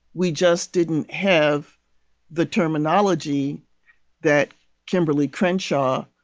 we just didn't have the terminology that kimberly crenshaw.